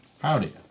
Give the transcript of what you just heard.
Howdy